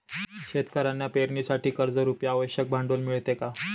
शेतकऱ्यांना पेरणीसाठी कर्जरुपी आवश्यक भांडवल मिळते का?